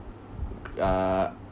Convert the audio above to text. uh